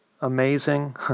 amazing